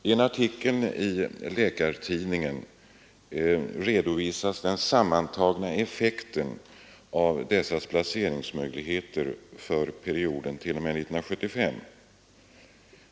I första hand skall läkarna gå till den offentliga sjukvården, dvs. till vakanta och nyinrättade tjänster vid sjukhus och i öppen vård, i andra hand till forskning, administration, undervisning och företagshälsovård.